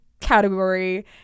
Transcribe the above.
category